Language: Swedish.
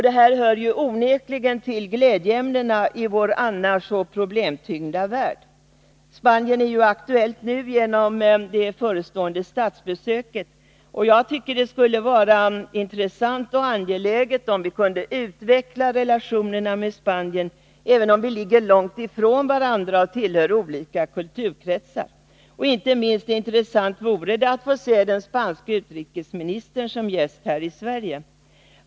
Detta hör onekligen till glädjeämnena i vår annars så problemtyngda värld. Spanien är ju nu aktuellt genom det förestående svenska statsbesöket där. Jag tycker att det skulle vara intressant och angeläget om vi kunde utveckla relationerna med Spanien, även om vi ligger långt ifrån varandra och tillhör olika kulturkretsar. Inte minst intressant vore det att se den spanske utrikesministern som gäst här i Sverige.